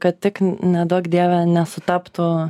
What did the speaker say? kad tik neduok dieve nesutaptų